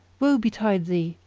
woe betide thee!